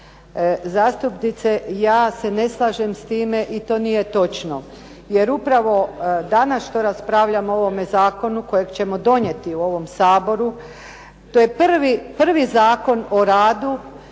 Zastupnice, ja se ne slažem s time i to nije točno. Jer upravo danas što raspravljamo o ovome zakonu kojeg ćemo donijeti u ovom Saboru to je prvi Zakon o radu